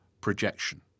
projection